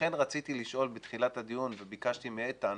לכן רציתי לשאול בתחילת הדיון וביקשתי מאיתן